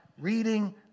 reading